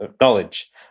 knowledge